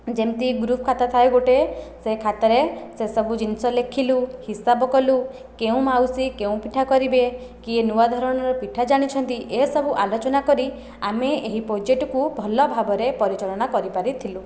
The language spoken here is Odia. ଯେମିତି ଗ୍ରୁପ ଖାତା ଥାଏ ଗୋଟିଏ ସେ ଖାତାରେ ସେସବୁ ଜିନିଷ ଲେଖିଲୁ ହିସାବ କଲୁ କେଉଁ ମାଉସୀ କେଉଁ ପିଠା କରିବେ କିଏ ନୂଆ ଧରଣର ପିଠା ଜାଣିଛନ୍ତି ଏସବୁ ଆଲୋଚନା କରି ଆମେ ଏହି ପ୍ରୋଜେକ୍ଟକୁ ଭଲ ଭାବରେ ପରିଚାଳନା କରିପାରିଥିଲୁ